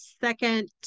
second